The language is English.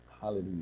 Hallelujah